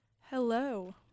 Hello